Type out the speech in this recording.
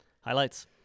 Highlights